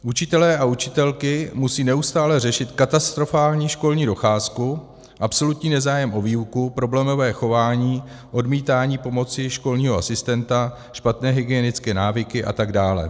Učitelé a učitelky musí neustále řešit katastrofální školní docházku, absolutní nezájem o výuku, problémové chování, odmítání pomoci školního asistenta, špatné hygienické návyky a tak dále.